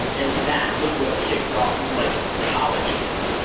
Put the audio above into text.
and that was what kicked off he was like, college kids.